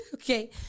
Okay